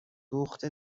دوخت